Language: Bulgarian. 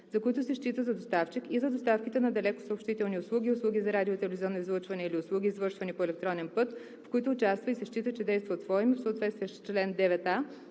за които се счита за доставчик, и за доставките на далекосъобщителни услуги, услуги за радио- и телевизионно излъчване или услуги, извършвани по електронен път, в които участва и се счита, че действа от свое име в съответствие с